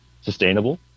sustainable